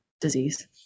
disease